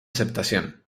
aceptación